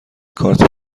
کارت